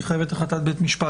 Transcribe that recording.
היא חייבת החלטת בית משפט?